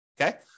Okay